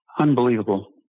Unbelievable